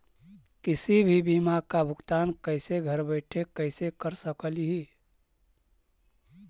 किसी भी बीमा का भुगतान कैसे घर बैठे कैसे कर स्कली ही?